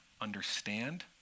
understand